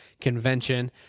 convention